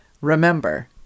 remember